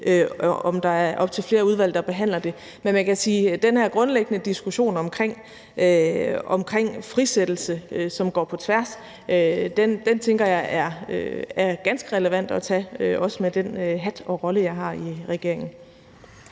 om der er op til flere udvalg, der behandler det. Men den her grundlæggende diskussion om frisættelse, som går på tværs, tænker jeg er ganske relevant at tage, også med den hat og rolle, jeg har i regeringen.